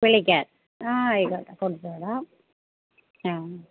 വിളിക്കാം ആയിക്കോട്ടെ കൊടുത്തുവിടാം ആ